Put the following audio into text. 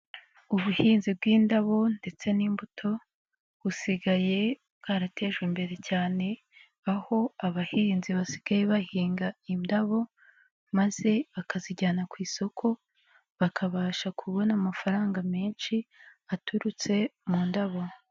Ubuhinzi bw'indabo ndetse n'imbuto busigaye bwaratejwe imbere cyane aho abahinzi basigaye bahinga indabo maze bakazijyana ku isoko bakabasha kubona amafaranga menshi aturutse mu ndabo.